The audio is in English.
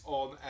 on